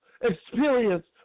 experience